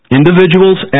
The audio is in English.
individuals